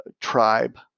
tribe